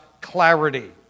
clarity